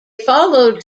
followed